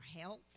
health